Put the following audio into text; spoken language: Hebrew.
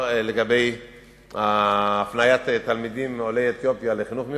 לגבי הפניית תלמידים עולי אתיופיה לחינוך מיוחד,